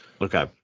Okay